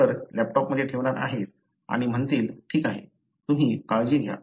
doctor लॅपटॉपमध्ये ठेवणार आहेत आणि म्हणतील ठीक आहे तुम्ही काळजी घ्या